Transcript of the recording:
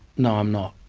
no, i'm not.